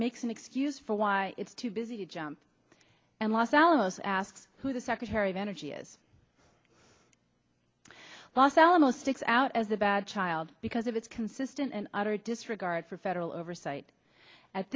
makes an excuse for why it's too busy to jump and los alamos asks who the secretary of energy is los alamos sticks out as a bad child because of its consistent and utter disregard for federal oversight at